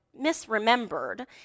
misremembered